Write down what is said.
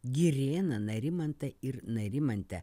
girėną narimantą ir narimantę